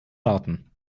daten